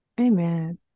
amen